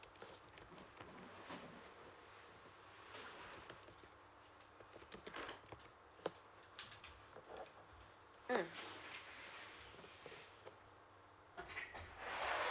mm